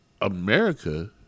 America